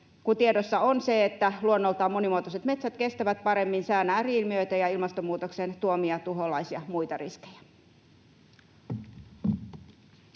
tiedossa on se, että luonnoltaan monimuotoiset metsät kestävät paremmin sään ääri-ilmiöitä ja ilmastonmuutoksen tuomia tuholaisia ja muita riskejä.